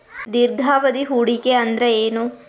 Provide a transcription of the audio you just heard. ದೀರ್ಘಾವಧಿ ಹೂಡಿಕೆ ಅಂದ್ರ ಏನು?